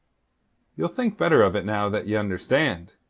you'll think better of it now that ye understand?